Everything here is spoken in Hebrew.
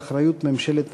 באחריות ממשלת נתניהו,